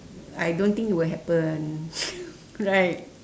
I don't think it will happen right